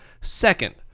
Second